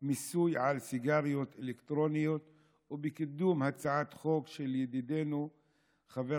מיסוי על סיגריות אלקטרוניות ובקידום הצעת חוק של ידידנו חבר